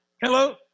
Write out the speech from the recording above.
Hello